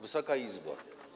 Wysoka Izbo!